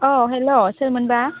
अ हेल' सोरमोन बा